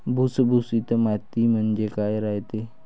भुसभुशीत माती म्हणजे काय रायते?